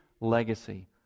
legacy